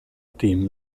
team